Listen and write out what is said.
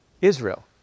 Israel